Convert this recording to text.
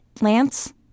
Lance